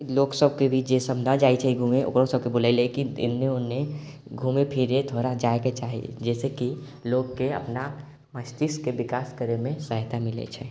लोकसभके भी जेसभ ना जाइत छै घूमय ओकरोसभके बोलय लेल कि एन्ने ओन्ने घूमय फिरय थोड़ा जायके चाही जाहिसँ कि लोकके अपना मस्तिष्कके विकास करयमे सहायता मिलैत छै